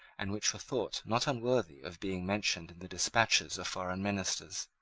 and which were thought not unworthy of being mentioned in the despatches of foreign ministers.